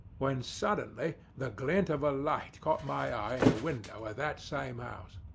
when suddenly the glint of a light caught my eye in the window of that same house.